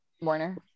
Warner